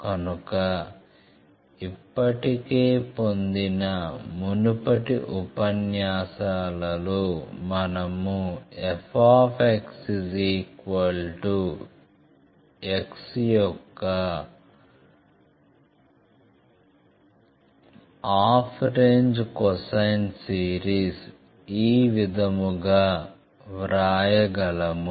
కనుక ఇప్పటికే పొందిన మునుపటి ఉపన్యాసాలలో మనము fx x యొక్క హాఫ్ రేంజ్ కొసైన్ సిరీస్ ఈ విధముగా వ్రాయగలము